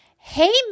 Hey